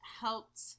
helped